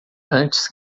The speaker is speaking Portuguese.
antes